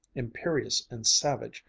imperious and savage,